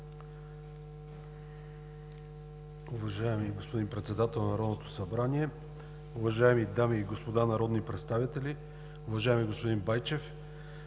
Благодаря,